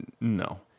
no